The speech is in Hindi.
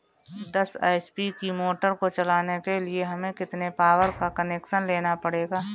दस एच.पी की मोटर को चलाने के लिए हमें कितने पावर का कनेक्शन लेना पड़ेगा?